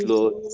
Lord